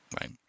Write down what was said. right